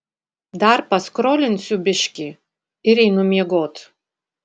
dar paskrolinsiu biškį ir einu miegot